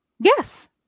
Yes